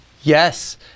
Yes